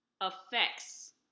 affects